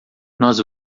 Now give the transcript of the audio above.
nós